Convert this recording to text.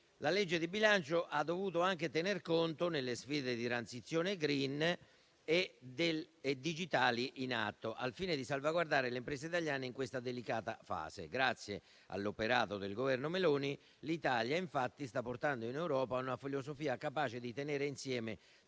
La legge di bilancio ha dovuto anche tener conto delle sfide di transizione *green* e digitale in atto, al fine di salvaguardare le imprese italiane in questa delicata fase. Grazie all'operato del Governo Meloni l'Italia, infatti, sta portando in Europa una filosofia capace di tenere insieme